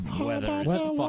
Weather